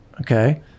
okay